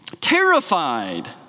terrified